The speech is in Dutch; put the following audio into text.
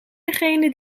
degene